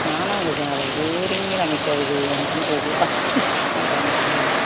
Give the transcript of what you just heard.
मा नांगौ जोंहालाय आरैनो निरामिसआव जौ मोनबानो गग्ल' गाग्ला निरामिस ना